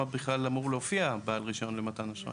בכלל אמור להופיע "בעל רישיון למתן אשראי"?